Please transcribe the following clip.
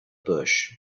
bush